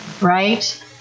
Right